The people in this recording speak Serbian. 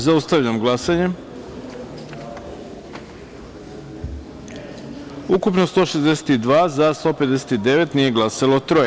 Zaustavljam glasanje: ukupno – 162, za – 159, nije glasalo troje.